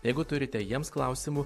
jeigu turite jiems klausimų